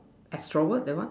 extrovert that one